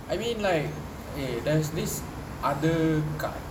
I mean like eh there's this other card